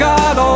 God